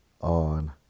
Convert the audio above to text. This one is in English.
on